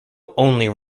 only